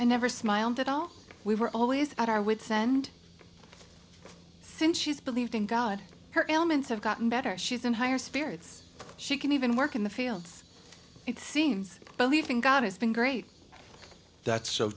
and never smiled at all we were always at our would send since she's believed in god her elements have gotten better she's in higher spirits she can even work in the fields it seems believe in god has been great that's so